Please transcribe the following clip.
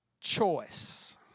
choice